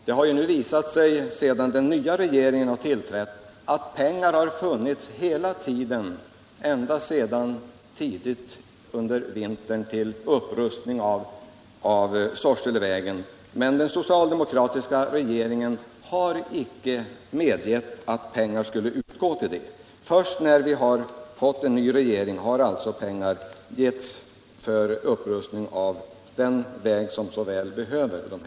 Det har sedan den nya regeringen tillträtt visat sig att pengar funnits hela tiden, ända sedan tidigt på vintern, för upprustning av Sorselevägen. Men den socialdemokratiska regeringen har icke utnyttjat möjligheten trots att pengar redan funnits för ändamålet. Först när vi fått en ny regering har pengar utanordnats för upprustning av den väg som så väl behöver detta.